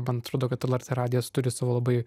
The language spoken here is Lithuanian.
man atrodo kad lrt radijas turi savo labai